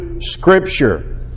Scripture